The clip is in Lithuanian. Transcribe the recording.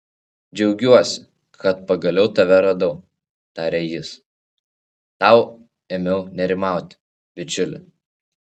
džiaugiuosi kad pagaliau tave radau tarė jis tau ėmiau nerimauti bičiuli